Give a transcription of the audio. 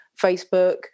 Facebook